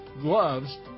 gloves